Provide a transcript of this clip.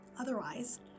Otherwise